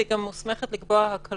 והיא גם מוסמכת לקבוע הקלות.